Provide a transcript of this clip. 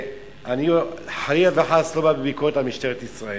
אני חלילה וחס לא בא בביקורת על משטרת ישראל.